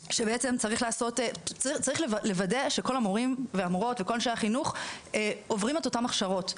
צריך לוודא שכל המורים והמורות וכל אנשי החינוך עוברים את אותן הכשרות.